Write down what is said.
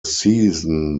season